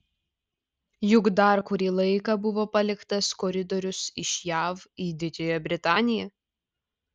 juk dar kurį laiką buvo paliktas koridorius iš jav į didžiąją britaniją